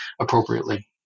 appropriately